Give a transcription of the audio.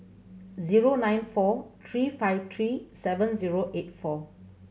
zero nine four three five three seven zero eight four